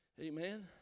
Amen